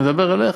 אני מדבר אליך,